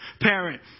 parent